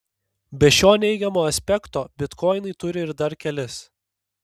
be šio neigiamo aspekto bitkoinai turi ir dar kelis